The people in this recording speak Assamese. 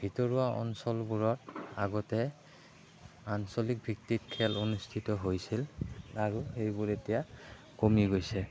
ভিতৰুৱা অঞ্চলবোৰত আগতে আঞ্চলিক ভিত্তিত খেল অনুষ্ঠিত হৈছিল আৰু এইবোৰ এতিয়া কমি গৈছে